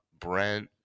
Brent